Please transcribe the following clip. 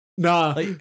Nah